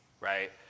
right